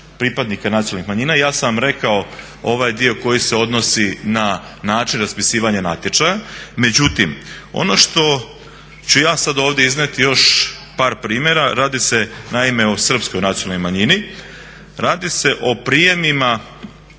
pripadnika nacionalnih manjina, ja sam vam rekao ovaj dio koji se odnosi na način raspisivanja natječaja, međutim ono što ću ja sada ovdje iznijeti još par primjera, radi se o Srpskoj nacionalnoj manjini. Radi se o prijemima